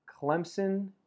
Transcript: Clemson